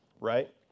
Right